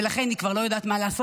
ולכן היא כבר לא יודעת מה לעשות.